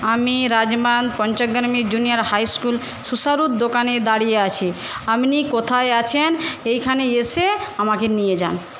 আমি রাজমান পঞ্চগ্রামের জুনিয়র হাই স্কুল সুসারুর দোকানে দাঁড়িয়ে আছি আপনি কোথায় আছেন এইখানে এসে আমাকে নিয়ে যান